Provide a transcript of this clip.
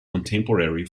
contemporary